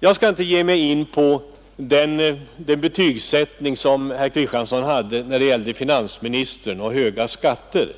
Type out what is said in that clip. Jag skall inte ge mig in på herr Kristianssons betygsättning när det gällde finansministern och höga skatter.